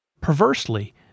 Perversely